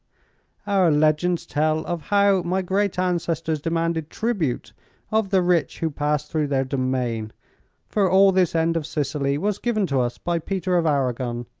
our legends tell of how my great ancestors demanded tribute of the rich who passed through their domain for all this end of sicily was given to us by peter of aragon,